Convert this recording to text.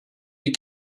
you